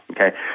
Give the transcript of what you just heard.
Okay